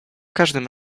każdym